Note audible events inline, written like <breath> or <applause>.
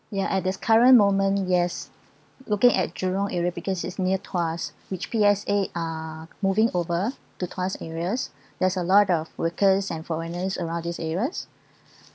ya at this current moment yes looking at jurong area because it's near tuas which P_S_A are moving over to tuas areas <breath> there is a lot of workers and foreigners around these areas